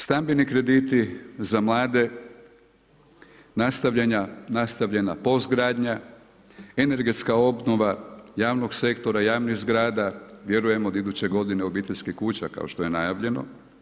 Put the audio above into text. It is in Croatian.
Stambeni krediti za mlade, nastavljena POS gradnja, energetska obnova javnog sektora, javnih zgrada, vjerujemo od iduće godine obiteljskih kuća kao što je najavljeno.